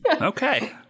okay